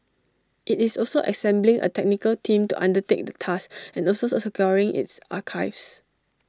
IT is also assembling A technical team to undertake the task and also securing its archives